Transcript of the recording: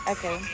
Okay